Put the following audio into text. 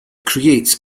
creates